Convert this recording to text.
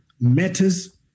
matters